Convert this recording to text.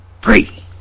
free